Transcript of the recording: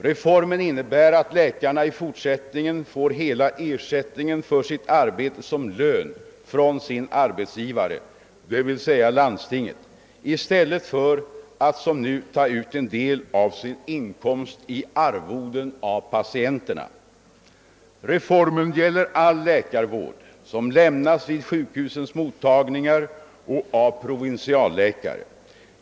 Reformen innebär att läkarna i fortsättningen erhåller hela ersättningen för sitt arbete som lön från sin arbetsgivare, d.v.s. landstinget, i stället för att som nu ta ut en del av sin inkomst i arvoden av patienterna. Reformen gäller all läkarvård som lämnas vid sjukhusens mottagningar och av provinsialläkare.